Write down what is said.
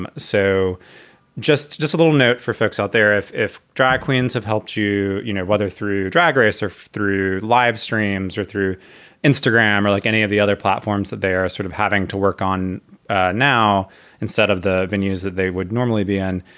um so just just a little note for folks out there. if if drag queens have helped you, you know, whether through your drag race or through live streams or through instagram or like any of the other platforms that they are sort of having to work on now instead of the venues that they would normally be on.